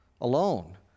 alone